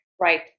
right